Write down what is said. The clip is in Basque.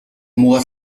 muga